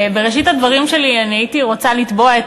בראשית הדברים שלי אני הייתי רוצה לתבוע את